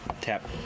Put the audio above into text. tap